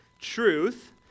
Truth